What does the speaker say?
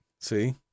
See